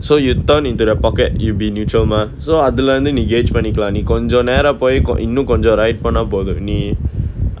so you turn into the pocket you will be in neutral mah so அதுல இருந்து நீ:athula irunthu nee engage பண்ணிக்கலாம் நீ கொஞ்ச நேர போய் இன்னும்கொஞ்ச:pannikkalaam nee konja nera poi innum konja right போனா போதும் நீ